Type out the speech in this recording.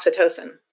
oxytocin